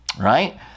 right